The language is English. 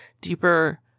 deeper